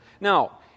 Now